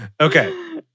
Okay